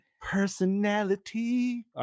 Personality